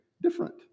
different